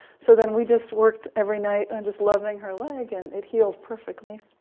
so then we just worked every night, and and just loving her leg, and it healed perfectly.